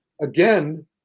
Again